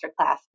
Masterclass